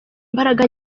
imbaraga